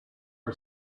our